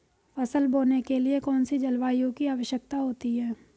फसल बोने के लिए कौन सी जलवायु की आवश्यकता होती है?